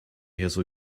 hazel